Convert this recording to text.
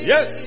Yes